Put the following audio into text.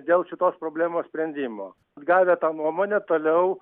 dėl šitos problemos sprendimo gavę tą nuomonę toliau